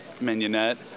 mignonette